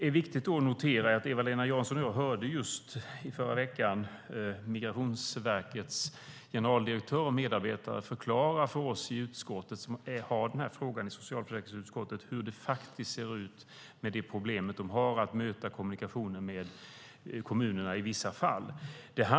Eva-Lena Jansson och jag hörde i förra veckan Migrationsverkets generaldirektör och medarbetare förklara för oss i socialförsäkringsutskottet hur det faktiskt ser ut med de problem de har att möta kommunikationen med kommunerna i vissa fall.